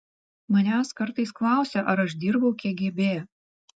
manęs kartais klausia ar aš dirbau kgb